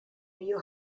new